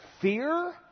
fear